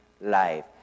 life